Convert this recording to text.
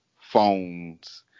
phones